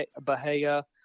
Bahia